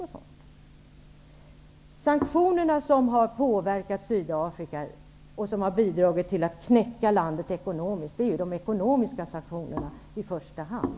De sanktioner som har påverkat Sydafrika och som har medverkat till att knäcka landet ekonomiskt är i första hand de ekonomiska sanktionerna.